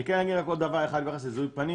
אני כן אגיד עוד דבר אחד בנושא של זיהוי פנים